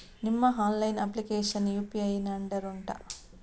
ನಿಮ್ಮ online application UPI ನ under ಉಂಟಾ